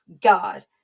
God